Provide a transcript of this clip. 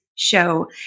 show